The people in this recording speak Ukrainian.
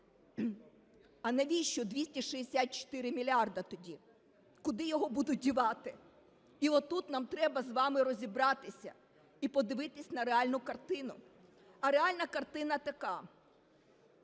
а навіщо 264 мільярди тоді? Куди його будуть дівати? І отут нам треба з вами розібратися і подивитись на реальну картину, а реальна картина така.